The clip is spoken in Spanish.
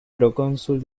procónsul